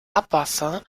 abwasser